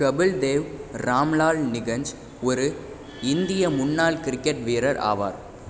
கபில் தேவ் ராம்லால் நிகாஞ்ச் ஒரு இந்திய முன்னாள் கிரிக்கெட் வீரர் ஆவார்